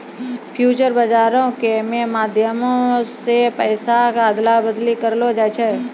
future बजारो के मे माध्यमो से पैसा के अदला बदली करलो जाय सकै छै